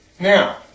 Now